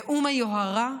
נאום היוהרה?